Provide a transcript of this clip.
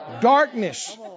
Darkness